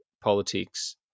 politics